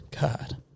God